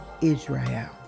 Israel